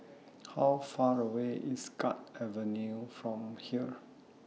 How Far away IS Guards Avenue from here